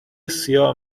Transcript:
سایه